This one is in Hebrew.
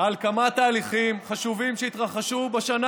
על כמה תהליכים חשובים שהתרחשו בשנה